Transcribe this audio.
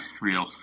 real